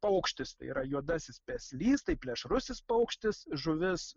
paukštis tai yra juodasis peslys tai plėšrusis paukštis žuvis